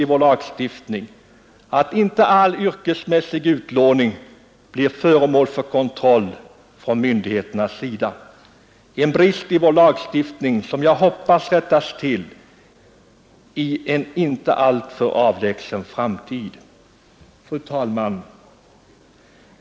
Att inte all yrkesmässig utlåning blir föremål för kontroll från myndigheternas sida anser jag vara en brist i vår lagstiftning, en brist som jag hoppas rättas till i en inte alltför avlägsen framtid. Fru talman!